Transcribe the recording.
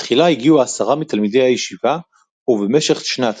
בתחילה הגיעו עשרה מתלמידי הישיבה ובמשך שנת